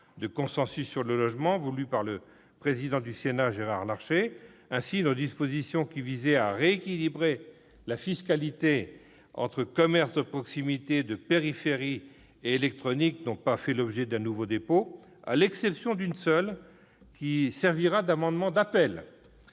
de consensus sur le logement voulue par le président du Sénat, Gérard Larcher. Ainsi, nos dispositions visant à rééquilibrer la fiscalité entre commerces de proximité, de périphérie et électronique n'ont pas fait l'objet de nouveaux amendements, à l'exception d'une mesure, qui donnera lieu à un amendement d'appel